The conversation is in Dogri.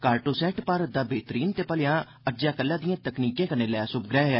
कार्टोसैट भारत दा बेहतरीन ते भलेया अज्जै कल्लै दियें तकनीकें कन्नै लैस उपग्रैह ऐ